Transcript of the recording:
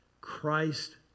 christ